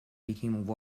became